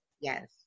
yes